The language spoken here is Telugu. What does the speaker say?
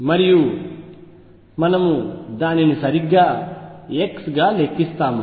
మరియు మనము దానిని సరిగ్గా x గా లెక్కిస్తాము